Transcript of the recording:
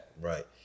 Right